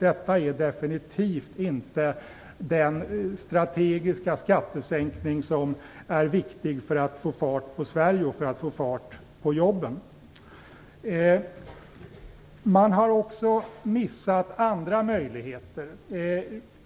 Det är definitivt inte den strategiska skattesänkning som är viktig för att få fart på Sverige och få fart på jobben. Man har missat även andra möjligheter.